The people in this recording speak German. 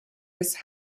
des